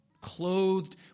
clothed